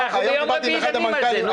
אנחנו יום רביעי דנים על זה.